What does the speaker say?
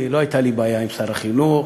לא הייתה לי בעיה עם שר החינוך,